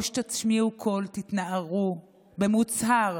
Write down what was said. או שתשמיעו קול, תתנערו במוצהר